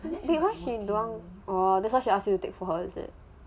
maybe she don't want to go that's why ask you to take for her